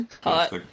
Hot